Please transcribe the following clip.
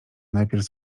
najpierw